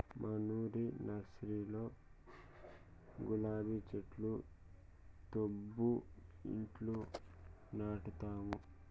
మనూరి నర్సరీలో గులాబీ చెట్లు తేబ్బా ఇంట్ల నాటదాము